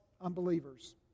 unbelievers